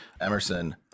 Emerson